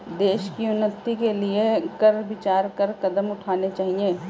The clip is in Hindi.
देश की उन्नति के लिए कर विचार कर कदम उठाने चाहिए